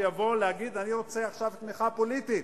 שיבוא להגיד: אני רוצה עכשיו תמיכה פוליטית.